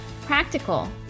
practical